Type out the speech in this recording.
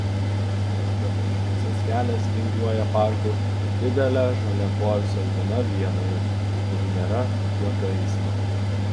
nors bemaž visas kelias vingiuoja parku didele žalia poilsio zona vienoje kur nėra jokio eismo